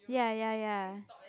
ya ya ya